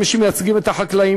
כמי שמייצגים את החקלאים.